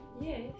Yes